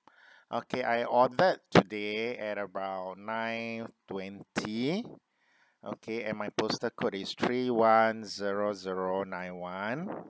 okay I ordered today at about nine twenty okay and my postal code is three one zero zero nine one